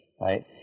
right